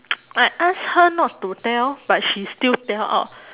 I ask her not to tell but she still tell out